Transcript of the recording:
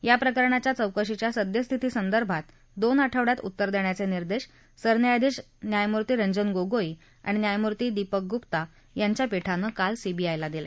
याप्रकरणाच्या चौकशीच्या सद्यस्थिती संदर्भात दोन आठवड्यात उत्तर देण्याचे निर्देश सरन्यायाधीश न्यायमूर्ती रंजन गोगोई आणि न्यायमर्ती दीपक ग्रप्ता यांच्या पीठानं काल सीबीआयला दिले